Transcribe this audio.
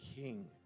King